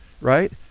right